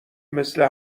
مثل